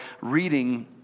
reading